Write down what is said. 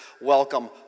welcome